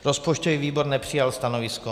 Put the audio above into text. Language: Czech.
Rozpočtový výbor nepřijal stanovisko.